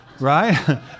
Right